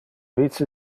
vice